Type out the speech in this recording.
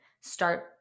start